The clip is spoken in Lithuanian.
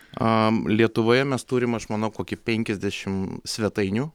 am lietuvoje mes turime aš manau kokį penkiasdešim svetainių